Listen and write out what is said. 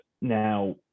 now